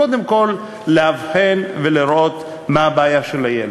קודם כול לאבחן ולראות מה הבעיה של הילד.